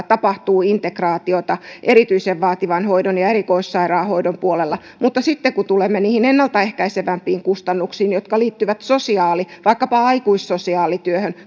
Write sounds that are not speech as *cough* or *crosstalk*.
*unintelligible* tapahtuu integraatiota erityisen vaativan hoidon ja erikoissairaanhoidon puolella mutta sitten kun tulemme niihin ennaltaehkäisevämpiin kustannuksiin jotka liittyvät sosiaalityöhön vaikkapa aikuissosiaalityöhön *unintelligible*